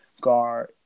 guard